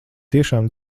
tiešām